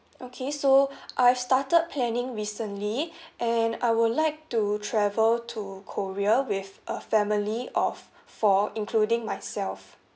okay so I've started planning recently and I would like to travel to korea with a family of four including myself